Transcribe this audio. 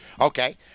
Okay